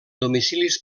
domicilis